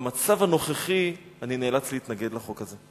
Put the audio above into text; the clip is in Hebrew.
במצב הנוכחי אני נאלץ להתנגד לחוק הזה.